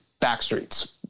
Backstreet's